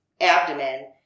abdomen